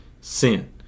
sin